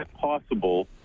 possible